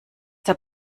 der